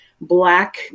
black